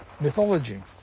mythology